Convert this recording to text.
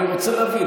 אני רוצה להבין,